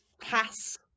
pass